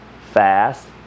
fast